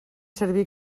servir